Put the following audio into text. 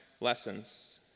lessons